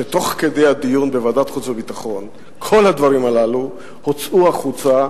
שתוך כדי הדיון בוועדת חוץ וביטחון כל הדברים הללו הוצאו החוצה,